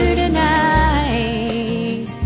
tonight